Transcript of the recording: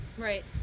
Right